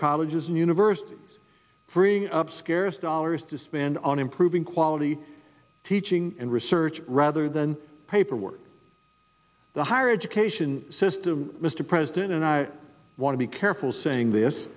colleges and universities freeing up scarce dollars to spend on improving quality teaching and research rather than paperwork the higher education system mr president and i want to be careful saying